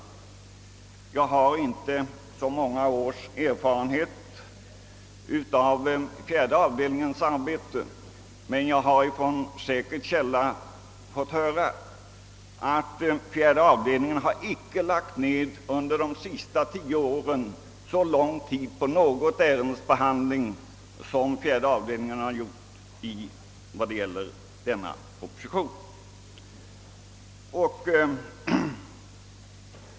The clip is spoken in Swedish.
Själv har jag inte så många års erfarenhet av fjärde avdelningens arbete, men från säker källa har jag fått höra att fjärde avdelningen under de senaste tio åren aldrig har nedlagt så lång tid på något ärendes behandling som skett beträffande denna proposition.